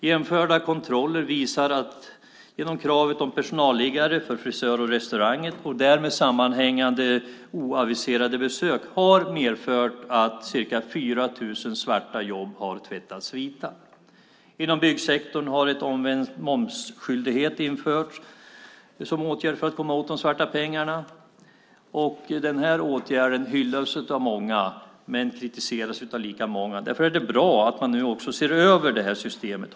Genomförda kontroller visar att kravet på personalliggare för frisörer och restauranger och därmed sammanhängande oaviserade besök har medfört att ca 4 000 svarta jobb har tvättats vita. Inom byggsektorn har en omvänd momsskyldighet införts som åtgärd för att komma åt de svarta pengarna. Den här åtgärden hyllas av många men kritiseras av lika många. Därför är det bra att man nu också ser över det här systemet.